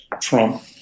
Trump